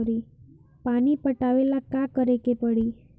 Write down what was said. पानी पटावेला का करे के परी?